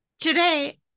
Today